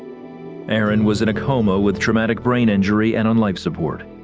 aaron was in a coma with traumatic brain injury and on life support.